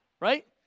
right